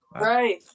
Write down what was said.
right